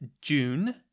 June